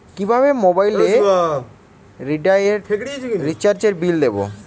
কিভাবে মোবাইল রিচার্যএর বিল দেবো?